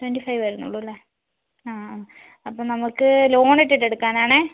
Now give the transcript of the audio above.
twenty five വരുന്നുള്ളൂ അല്ലേ ആ ആ അപ്പോൾ നമുക്ക് ലോൺ ഇട്ടിട്ട് എടുക്കാനാണേ